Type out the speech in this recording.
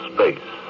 Space